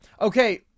Okay